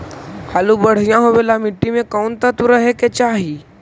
आलु बढ़िया होबे ल मट्टी में कोन तत्त्व रहे के चाही?